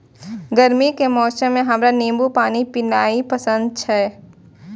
गर्मी के मौसम मे हमरा नींबू पानी पीनाइ पसंद छै